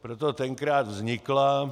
Proto tenkrát vznikla...